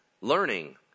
learning